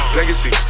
Legacy